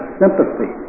sympathy